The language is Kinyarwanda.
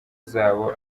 zabo